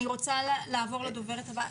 אני רוצה לעבור לדוברת הבאה.